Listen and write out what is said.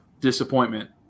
disappointment